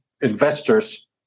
investors